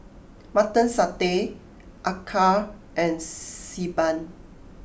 Mutton Satay Acar and Xi Ban